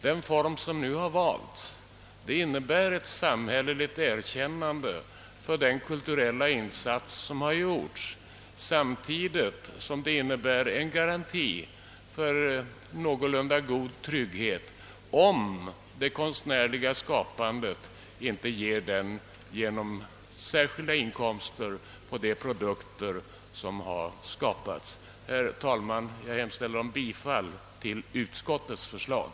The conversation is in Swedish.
Den form som nu har valts innebär ett samhälleligt erkännande av den kulturella insats som har gjorts samtidigt som den ger en garanti för någorlunda god trygghet, om den konstnärliga verksamheten inte ger sådan genom inkomster på de produkter som har skapats. Herr talman! Jag hemställer om bifall till utskottets förslag.